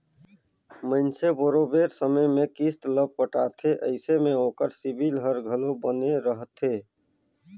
मइनसे बरोबेर समे में किस्त ल पटाथे अइसे में ओकर सिविल हर घलो बने रहथे